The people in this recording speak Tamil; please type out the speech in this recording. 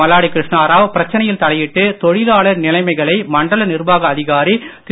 மல்லாடி கிருஷ்ண ராவ் பிரச்சனையில் தலையிட்டு தொழிலாளர் நிலைமைகளை மண்டல நிர்வாக அதிகாரி திரு